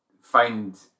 Find